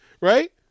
right